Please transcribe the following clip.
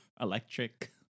electric